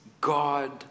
God